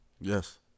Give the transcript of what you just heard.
Yes